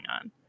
on